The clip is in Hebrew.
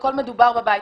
והכול מדובר בבית,